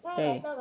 对